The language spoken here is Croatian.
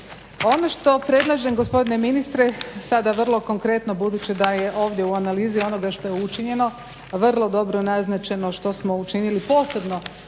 Ono što predlažem gospodine ministre sada vrlo konkretno budući da je ovdje u analizi onoga što je učinjeno vrlo dobro naznačeno što smo učinili posebno